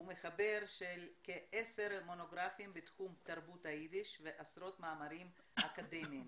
הוא מחבר של כ-10 מונוגרפים בתחום תרבות היידיש ועשרות מאמרים אקדמיים.